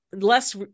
less